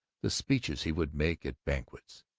the speeches he would make at banquets,